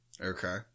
Okay